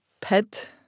pet